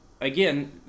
again